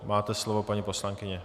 Máte slovo, paní poslankyně.